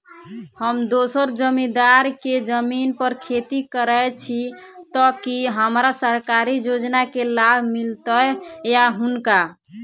हम दोसर जमींदार केँ जमीन पर खेती करै छी तऽ की हमरा सरकारी योजना केँ लाभ मीलतय या हुनका?